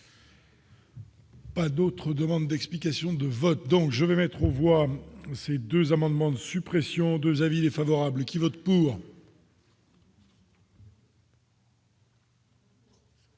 Pas d'autres demandes d'explications de vote, donc je vais mettre aux voix, ces 2 amendements de suppression 2 avis défavorables qui vote pour.